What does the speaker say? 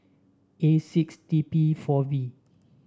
A six T P four V